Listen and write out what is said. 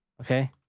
Okay